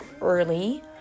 early